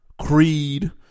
Creed